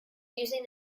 using